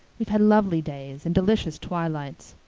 we've had lovely days and delicious twilights.